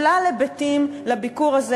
שלל היבטים לביקור הזה.